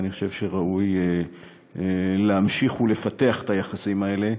ואני חושב שראוי להמשיך ולפתח את היחסים האלה.